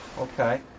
Okay